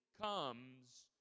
comes